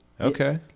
Okay